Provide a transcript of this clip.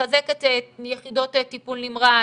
לחזק את יחידות טיפול נמרץ,